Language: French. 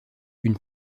une